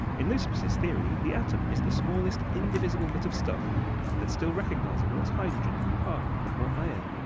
in leucippus's theory, the atom is the smallest, indivisible bit of stuff that's still recognizable as hydrogen, carbon, or iron.